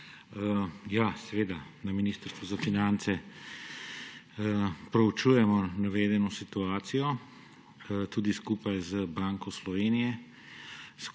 Seveda na Ministrstvu za finance proučujemo navedeno situacijo, tudi skupaj z Banko Slovenije,